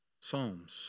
psalms